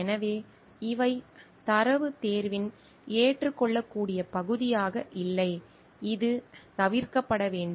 எனவே இவை தரவுத் தேர்வின் ஏற்றுக்கொள்ளக்கூடிய பகுதியாக இல்லை இது தவிர்க்கப்பட வேண்டும்